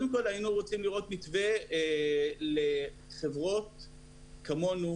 היינו רוצים לראות מתווה לחברות כמונו,